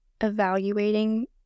evaluating